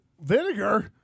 Vinegar